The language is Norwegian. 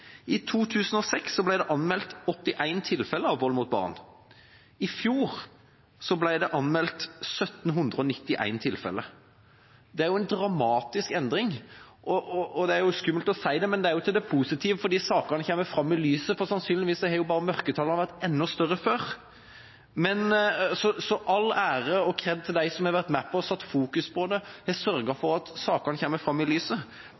I 2006 ble det anmeldt 81 tilfeller av vold mot barn. I fjor ble det anmeldt 1 791 tilfeller. Det er en dramatisk endring, og selv om det er skummelt å si det, så er det jo til det positive, fordi sakene kommer fram i lyset. Sannsynligvis har mørketallene vært enda større før. Så all ære og «kred» til dem som har vært med på og satt dette i fokus, og som har sørget for at sakene kommer fram i lyset.